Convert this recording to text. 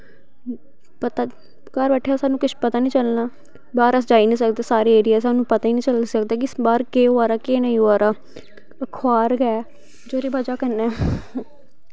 पता घर बैठे स्हानू किश पता नी चलना बाह्र अस जाई नी सकदे सारे एरिया स्हानू पता ई नी चली सकदे कि बाह्र केह् होआ दा केह् नेंई होआ दा अखबार गै जेह्दी बज़ह कन्नै